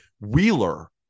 Wheeler